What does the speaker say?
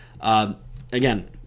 again